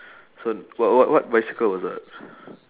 so what what what bicycle was that